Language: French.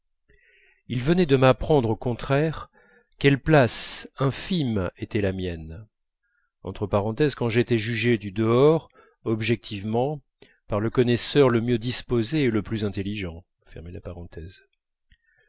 il venait de m'apprendre au contraire quelle place infime était la mienne quand j'étais jugé du dehors objectivement par le connaisseur le mieux disposé et le plus